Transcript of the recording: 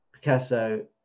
picasso